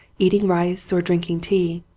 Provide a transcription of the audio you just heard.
eating rice or drinking tea.